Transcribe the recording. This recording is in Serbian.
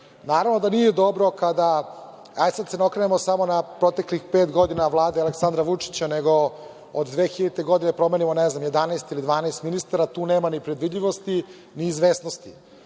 Naravno da nije dobro kada, hajde sada da se ne okrenemo samo na proteklih pet godina Vlade Aleksandra Vučića, nego od 2000. godine, promenimo, ne znam, 11 ili 12 ministara, tu nema ni predvidljivosti ni izvesnosti.